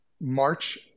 March